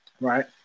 Right